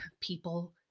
people